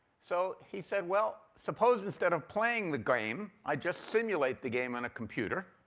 so he said, well, suppose instead of playing the game, i just simulate the game on a computer.